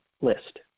list